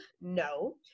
no